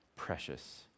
precious